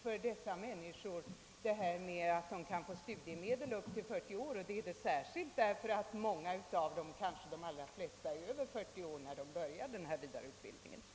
För dessa människor är det ingalunda någon lösning, att studiemedel utgår upp till 40 års ålder; många av dessa personer — kanske de allra flesta — är över 40 år när de börjar denna vidareutbildning.